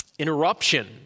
interruption